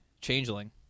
Changeling